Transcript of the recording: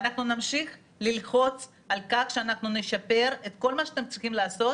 ואנחנו נמשיך ללחוץ על כך שאנחנו נשפר את כל מה שאתם צריכים לעשות,